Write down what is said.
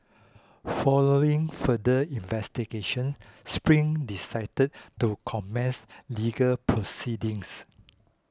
following further investigation Spring decided to commence legal proceedings